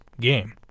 game